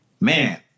man